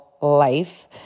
life